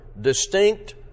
distinct